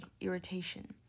irritation